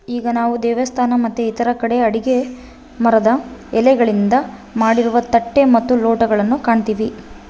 ಈಗ ನಾವು ದೇವಸ್ಥಾನ ಮತ್ತೆ ಇತರ ಕಡೆ ಅಡಿಕೆ ಮರದ ಎಲೆಗಳಿಂದ ಮಾಡಿರುವ ತಟ್ಟೆ ಮತ್ತು ಲೋಟಗಳು ಕಾಣ್ತಿವಿ